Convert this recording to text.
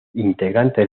integrante